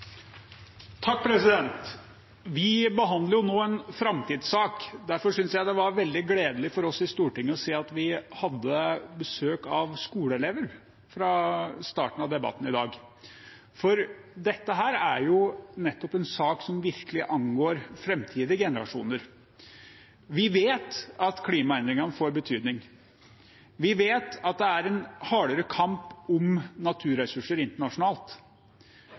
Vi behandler nå en framtidssak, derfor syns jeg det var veldig gledelig for oss i Stortinget å se at vi hadde besøk av skoleelever ved starten av debatten i dag, for dette er jo nettopp en sak som virkelig angår framtidige generasjoner. Vi vet at klimaendringene får betydning, vi vet at det er en hardere kamp om naturressurser internasjonalt,